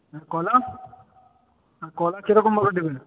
আর কলা আর কলা কী রকমভাবে দেবে